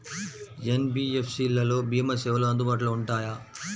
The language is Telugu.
ఎన్.బీ.ఎఫ్.సి లలో భీమా సేవలు అందుబాటులో ఉంటాయా?